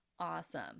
Awesome